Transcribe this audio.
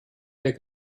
der